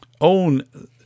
own